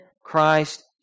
Christ